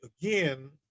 again